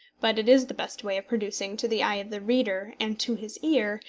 but it is the best way of producing to the eye of the reader, and to his ear,